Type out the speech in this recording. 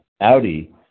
Audi